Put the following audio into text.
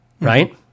right